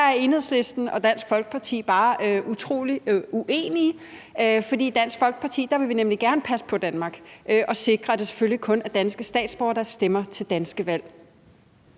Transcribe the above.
der er Enhedslisten og Dansk Folkeparti bare utrolig uenige, for i Dansk Folkeparti vil vi nemlig gerne passe på Danmark og sikre, at det selvfølgelig kun er danske statsborgere, der stemmer til danske valg.